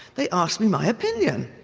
they asked me my opinion.